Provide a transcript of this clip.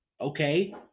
Okay